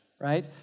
right